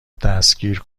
دستگیر